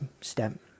step